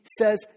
says